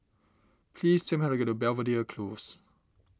please tell me how to get to Belvedere Close